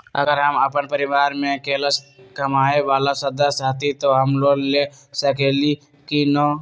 अगर हम अपन परिवार में अकेला कमाये वाला सदस्य हती त हम लोन ले सकेली की न?